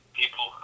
people